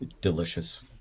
delicious